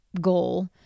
Goal